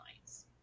lines